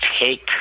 take